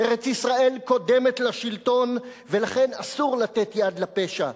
ארץ-ישראל קודמת לשלטון, ולכן אסור לתת יד לפשע.